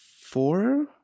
four